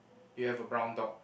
you have a brown dog